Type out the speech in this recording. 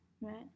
Right